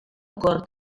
cort